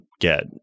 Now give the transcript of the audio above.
get